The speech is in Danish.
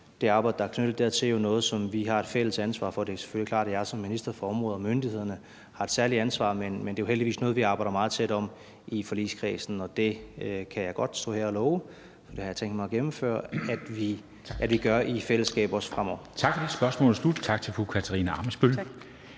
det arbejde, der er knyttet dertil, jo noget, som vi har et fælles ansvar for. Det er selvfølgelig klart, at jeg som minister for området og myndighederne har et særligt ansvar, men det er jo heldigvis noget, vi arbejder meget tæt sammen om i forligskredsen. Og det kan jeg godt stå her og love, for det har jeg tænkt mig at gennemføre at vi også gør i fællesskab fremover. Kl. 13:34 Formanden (Henrik Dam Kristensen):